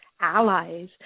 allies